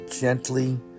gently